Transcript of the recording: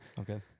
Okay